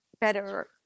better